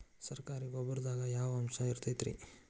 ಸರಕಾರಿ ಗೊಬ್ಬರದಾಗ ಯಾವ ಅಂಶ ಇರತೈತ್ರಿ?